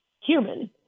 human